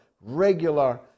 regular